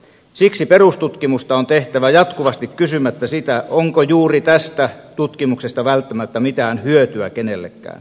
siksi perustutkimusta on tehtävä jatkuvasti kysymättä sitä onko juuri tästä tutkimuksesta välttämättä mitään hyötyä kenellekään